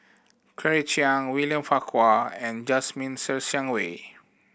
Claire Chiang William Farquhar and Jasmine Ser Xiang Wei